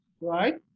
right